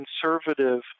conservative